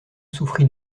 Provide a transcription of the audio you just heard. souffrit